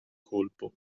colpo